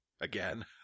Again